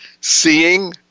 Seeing